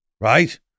right